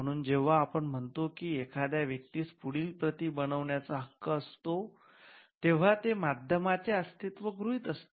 म्हणून जेव्हा आपण म्हणतो की एखाद्या व्यक्तीस पुढील प्रती बनविण्याचा हक्क असतो तेव्हा ते माध्यमांचे अस्तित्व गृहीत असते